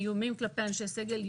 איומים כלפי אנשי סגל.